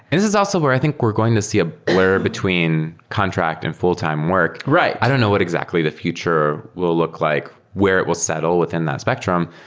and this is also where i think we're going to see a blur between contract and full-time work. i don't know what exactly the future will look like where it will settle within that spectrum,